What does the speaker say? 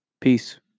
Peace